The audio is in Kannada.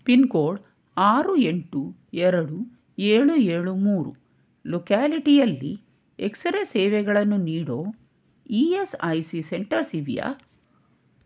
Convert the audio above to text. ಪಿನ್ಕೋಡ್ ಆರು ಎಂಟು ಎರಡು ಏಳು ಏಳು ಮೂರು ಲೊಕ್ಯಾಲಿಟಿಯಲ್ಲಿ ಎಕ್ಸ್ರೇ ಸೇವೆಗಳನ್ನು ನೀಡೋ E S I C centres ಇವೆಯಾ